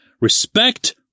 Respect